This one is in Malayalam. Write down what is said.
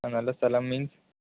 ആ നല്ല സ്ഥലം മീൻസ്